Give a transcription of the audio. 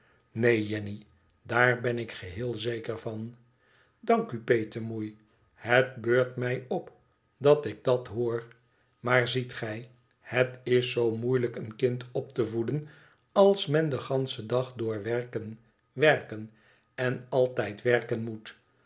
neen jenny daar ben ik geheel zeker van dank u petemoei het beurt mij op dat ik dat hoor maar zietgij het is zoo moeilijk een kind op te voeden als men den ganschen dag door werken werken en altijd werken moet